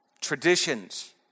traditions